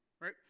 Right